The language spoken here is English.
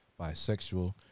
bisexual